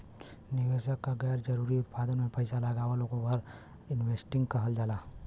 निवेशक क गैर जरुरी उत्पाद में पैसा लगाना ओवर इन्वेस्टिंग कहल जाला